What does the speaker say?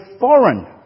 foreign